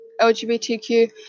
LGBTQ